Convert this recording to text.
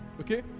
okay